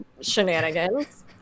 shenanigans